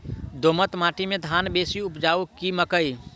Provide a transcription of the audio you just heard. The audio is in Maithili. दोमट माटि मे धान बेसी उपजाउ की मकई?